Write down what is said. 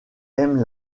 aime